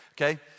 okay